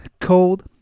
cold